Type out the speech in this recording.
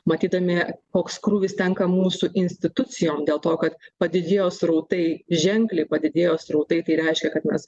matydami koks krūvis tenka mūsų institucijom dėl to kad padidėjo srautai ženkliai padidėjo srautai tai reiškia kad mes